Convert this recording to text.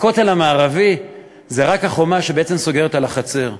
הכותל המערבי זה רק החומה שבעצם סוגרת על החצר,